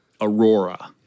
Aurora